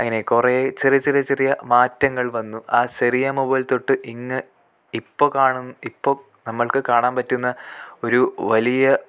അങ്ങനെ കുറെ ചെറിയ ചെറിയ ചെറിയ മാറ്റങ്ങൾ വന്നു ആ സെറിയ മൊബൈൽ തൊട്ട് ഇങ്ങ് ഇപ്പോൾ കാണുന്ന ഇപ്പോൾ നമ്മൾക്ക് കാണാൻ പറ്റുന്ന ഒരു വലിയ